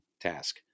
task